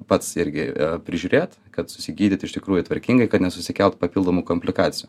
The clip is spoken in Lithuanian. pats irgi prižiūrėt kad susigydyt iš tikrųjų tvarkingai kad nesusikelt papildomų komplikacijų